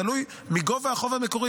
תלוי מה גובה החוב המקורי,